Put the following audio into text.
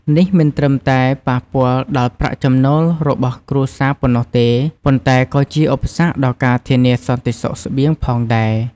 នេះមិនត្រឹមតែប៉ះពាល់ដល់ប្រាក់ចំណូលរបស់គ្រួសារប៉ុណ្ណោះទេ ប៉ុន្តែក៏ជាឧបសគ្គដល់ការធានាសន្តិសុខស្បៀងផងដែរ។